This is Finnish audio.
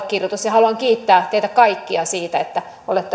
haluan kiittää teitä kaikkia siitä että olette